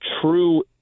true